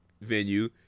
venue